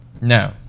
No